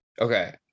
Okay